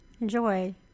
enjoy